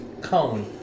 cone